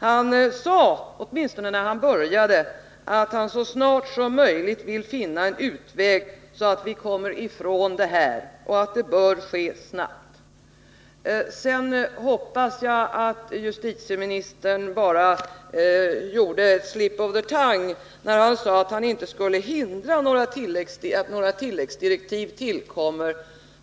Han sade, åtminstone när han började sitt inlägg, att han så snart som möjligt ville finna en utväg så att vi kommer ifrån det här och att det bör ske snabbt. Sedan hoppas jag att det bara var en slip of the tongue när justitieministern sade att han inte skulle hindra att några tilläggsdirektiv tillkommer.